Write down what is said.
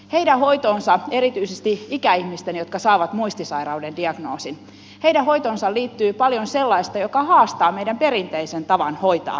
heidän hoitoonsa erityisesti ikäihmisten jotka saavat muistisairauden diagnoosin liittyy paljon sellaista joka haastaa meidän perinteisen tapamme hoitaa ikäihmisiä